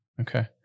okay